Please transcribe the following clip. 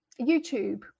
youtube